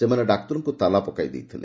ସେମାନେ ଡାକ୍ତରଙ୍କୁ ତାଲା ପକାଇ ଦେଇଥିଲେ